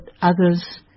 others